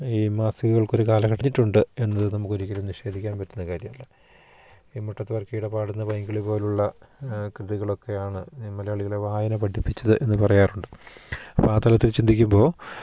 ഈ മാസികൾക്കൊരു കാല എന്നത് നമുക്കൊരിക്കലും നിഷേധിക്കാൻ പറ്റുന്ന കാര്യമല്ല ഈ മുട്ടത്തുവർക്കിയുടെ പാടുന്ന പൈങ്കിളി പോലുള്ള കൃതികളൊക്കെയാണ് മലയാളികളെ വായന പഠിപ്പിച്ചത് എന്ന് പറയാറുണ്ട് അപ്പം ആ തലത്തിൽ ചിന്തിക്കുമ്പോൾ